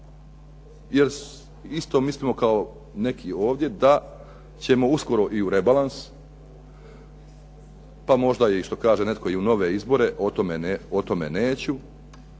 jer isto mislimo kao neki ovdje da ćemo uskoro i u rebalans, pa možda i što kaže netko i u nove izbore. O tome neću,